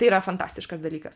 tai yra fantastiškas dalykas